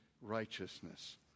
righteousness